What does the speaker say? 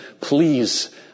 Please